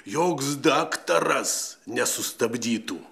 joks daktaras nesustabdytų